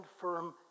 firm